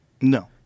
no